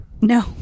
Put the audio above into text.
No